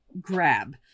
grab